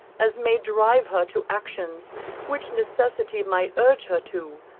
as may drive her to actions which necessity might urge her to,